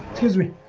his me